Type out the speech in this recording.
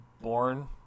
born